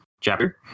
chapter